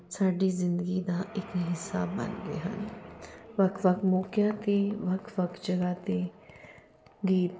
ਸਾਡੀ ਜ਼ਿੰਦਗੀ ਦਾ ਇਕ ਹਿੱਸਾ ਬਣ ਗਏ ਹਨ ਵੱਖ ਵੱਖ ਮੌਕਿਆ 'ਤੇ ਵੱਖ ਵੱਖ ਜਗ੍ਹਾ 'ਤੇ ਗੀਤ